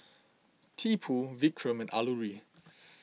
Tipu Vikram and Alluri